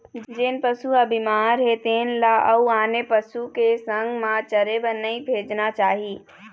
जेन पशु ह बिमार हे तेन ल अउ आने पशु के संग म चरे बर नइ भेजना चाही